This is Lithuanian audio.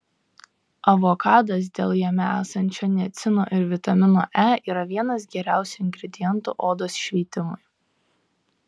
avokadas dėl jame esančio niacino ir vitamino e yra vienas geriausių ingredientų odos šveitimui